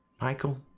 Michael